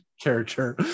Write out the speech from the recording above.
character